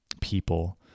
people